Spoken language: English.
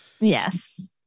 Yes